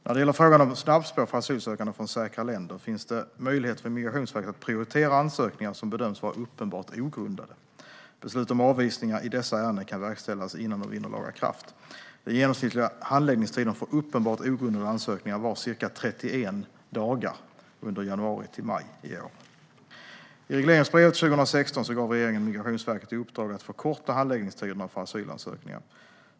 När det gäller frågan om snabbspår för asylsökande från "säkra länder" finns det möjlighet för Migrationsverket att prioritera ansökningar som bedöms vara uppenbart ogrundade. Beslut om avvisningar i dessa ärenden kan verkställas innan de vinner laga kraft. Den genomsnittliga handläggningstiden för uppenbart ogrundade ansökningar var ca 31 dagar under januari till maj i år. I regleringsbrevet för 2016 gav regeringen Migrationsverket i uppdrag att förkorta handläggningstiderna för asylansökningar.